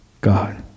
God